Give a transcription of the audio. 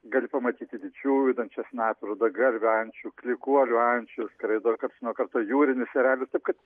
gali pamatyti didžiųjų dančiasnapių rudagalvių ančių klykuolių ančių skraido karts nuo karto jūrinis erelis taip kad